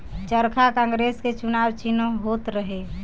चरखा कांग्रेस के चुनाव चिन्ह होत रहे